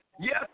Yes